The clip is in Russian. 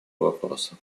вопроса